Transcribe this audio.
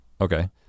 Okay